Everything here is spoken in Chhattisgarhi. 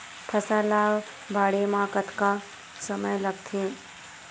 फसल ला बाढ़े मा कतना समय लगथे?